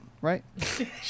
right